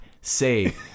say